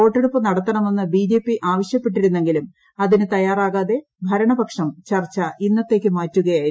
P വോട്ടെടുപ്പ് നടത്തണമെന്ന് ആവശ്യപ്പെട്ടിരുന്നെങ്കിലും അതിന് തയാറാകാതെ ഭരണപക്ഷം ചർച്ച ഇന്നത്തേക്ക് മാറ്റുകയായിരുന്നു